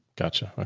gotcha. okay.